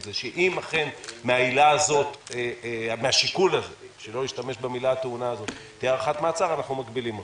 זה שאם אכן תהיה הארכת מעצר מהשיקול הזה אנחנו מגבילים אותה.